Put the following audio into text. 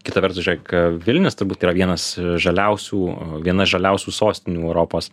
kita vertus žiūrėk vilnius turbūt yra vienas žaliausių viena žaliausių sostinių europos